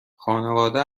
خانواده